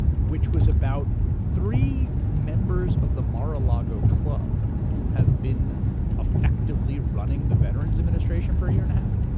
which was about three members of the mar-a-lago club who have been effectively running the veteran's administration for a year and a half.